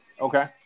okay